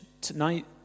Tonight